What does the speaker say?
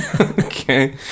okay